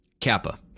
Kappa